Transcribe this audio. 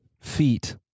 feet